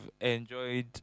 enjoyed